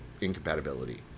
incompatibility